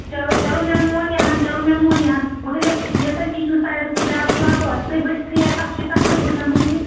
چلو چلو مےٚ مون یِہَن چلو مےٚ مون یِہَن مگر یۄس یۅس اَسہِ کِچنہٕ سایڈَس سۅ بیٛاکھ لَب ٲس سۅے ؤسۍتھٕے آیہِ تَتھ کیٛاہ تَتھ کِتھٕ پٲٹھۍ گوٚو یہِ